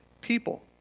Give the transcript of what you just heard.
people